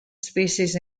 species